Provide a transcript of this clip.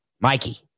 Mikey